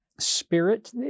spirit